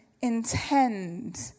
intend